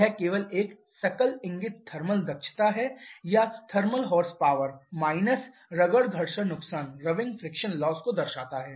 यह केवल एक सकल इंगित थर्मल दक्षता या थर्मल हॉर्स पावर माइनस रगड़ घर्षण नुकसान को दर्शाता है